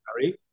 Harry